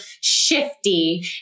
shifty